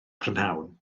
prynhawn